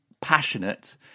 passionate